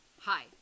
hi